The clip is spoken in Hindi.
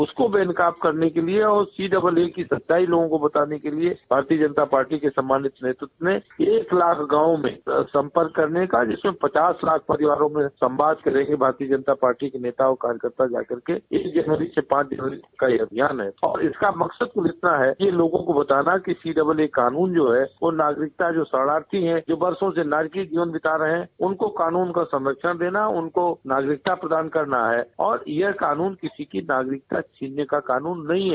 उसको बेनकाब करने के लिये और सीएए की सच्चाई लोगों को बताने के लिये भारतीय जनता पादी के सम्मानित नेतृत्व में एक लाख गांवों में सम्पर्क करने का जिसमें पचास लाख परिवारों में संवाद के जरिये भारतीय जनता पार्टी के नेताओं और कार्यकर्ता जाकर एक जनवरी से पांच जनवरी तक का यह अभियान है और इसका मकसद कुल इतना है कि लोगों को बताया जाय कि सीएए कानून जो है वो नागरिकता जो शरणार्थी हैं जो बरसों से नारकीय जीवन बिता रहे हैं उनको कानून का संरक्षण देना उनको नागरिकता प्रदान करना है और यह कानून किसी की नागरिकता छीनने का कानून नहीं है